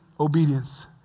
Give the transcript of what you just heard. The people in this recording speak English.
obedience